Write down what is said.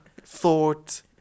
thought